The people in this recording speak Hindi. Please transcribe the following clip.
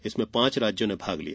इसमें पांच राज्यों ने भाग लिया